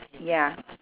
ya